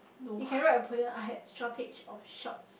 you can write a poem I had shortage of shorts